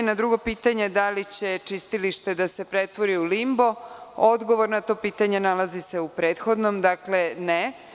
Na drugo pitanje, da li će čistilište da se pretvori u limbo, odgovor na to pitanje nalazi se u prethodnom, dakle ne.